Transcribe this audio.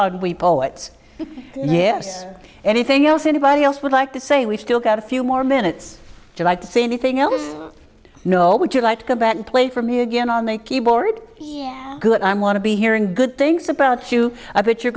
aguy poets yes anything else anybody else would like to say we've still got a few more minutes to like to say anything else no would you like to come back and play for me again on the keyboard yeah good i'm want to be hearing good things about you i bet you're